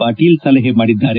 ಪಾಟೀಲ್ ಸಲಹೆ ಮಾಡಿದ್ದಾರೆ